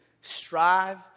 strive